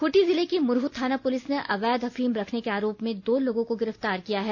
खूंटी जिले की मुरहु थाना पुलिस ने अवैध अफीम रखने के आरोप में दो लोगों को गिरफ्तार किया है